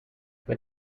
what